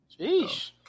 Jeez